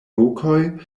rokoj